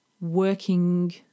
working